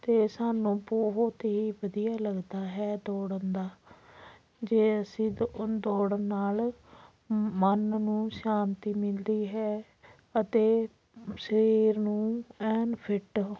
ਅਤੇ ਸਾਨੂੰ ਬਹੁਤ ਹੀ ਵਧੀਆ ਲੱਗਦਾ ਹੈ ਦੌੜਨ ਦਾ ਜੇ ਅਸੀਂ ਦ ਦੌੜਨ ਨਾਲ਼ ਮਨ ਨੂੰ ਸ਼ਾਂਤੀ ਮਿਲਦੀ ਹੈ ਅਤੇ ਸਰੀਰ ਨੂੰ ਐਨ ਫਿੱਟ